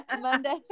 Monday